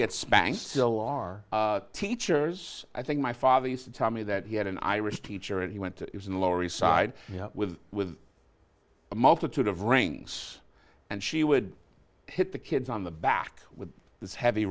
get spanked still our teachers i think my father used to tell me that he had an irish teacher and he went to use in the lower east side with with a multitude of rings and she would hit the kids on the back with this heavy